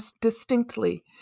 distinctly